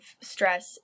stress